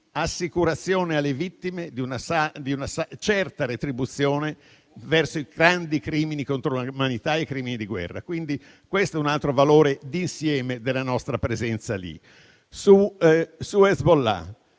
assicurazione alle vittime di una retribuzione certa verso i grandi crimini contro l'umanità e di guerra. Questo è un altro valore d'insieme della nostra presenza in Libano. Su Hezbollah